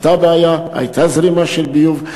הייתה בעיה, הייתה זרימה של ביוב.